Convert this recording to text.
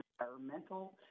environmental